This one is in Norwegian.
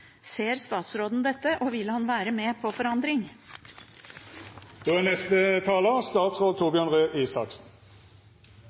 Ser statsråden dette, og vil han være med på forandring? Dette synes jeg er